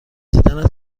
دیدنت